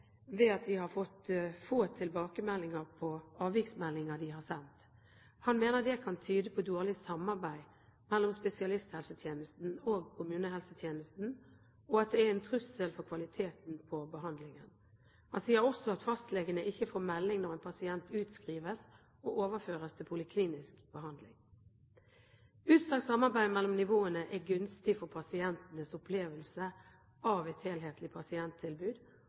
ved at de har fått få tilbakemeldinger på avviksmeldinger de har sendt. Han mener det kan tyde på dårlig samarbeid mellom spesialisthelsetjenesten og kommunehelsetjenesten, og at det er en trussel for kvaliteten på behandlingen. Han sier også at fastlegene ikke får melding når en pasient utskrives og overføres til poliklinisk behandling. Utstrakt samarbeid mellom nivåene er gunstig for pasientenes opplevelse av et helhetlig pasienttilbud,